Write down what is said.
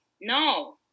no